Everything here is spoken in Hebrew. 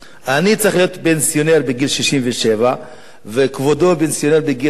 אני צריך להיות פנסיונר בגיל 67 וכבודו פנסיונר בגיל 45?